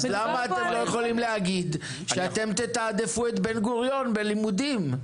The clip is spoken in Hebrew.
למה אתם לא יכולים להגיד שאתם תתעדפו את בן-גוריון בלימודים?